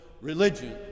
religion